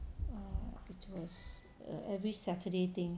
it was a every saturday thing